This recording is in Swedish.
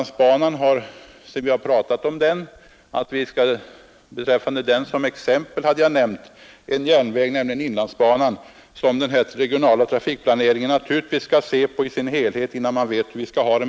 Där framgår att man vid den regionala trafikplaneringen naturligtvis skall se på frågan i dess helhet innan vi beslutar hur vi skall ha det.